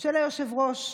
של היו"ר,